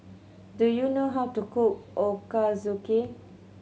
do you know how to cook Ochazuke